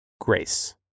grace